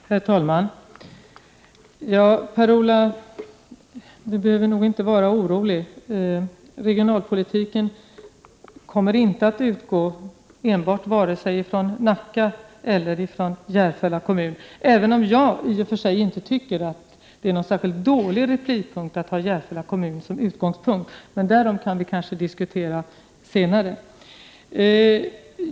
Herr talman! Per Ola Eriksson behöver nog inte vara orolig. Regionalpolitiken kommer inte att utgå enbart ifrån vare sig Nacka eller Järfälla kommun, även om jag i och för sig inte tycker att Järfälla kommun är någon särskilt dålig replipunkt — men detta kan vi kanske diskutera senare.